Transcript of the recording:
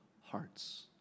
hearts